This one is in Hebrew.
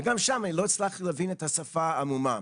וגם שם אני לא הצלחתי להבין את השפה העמומה.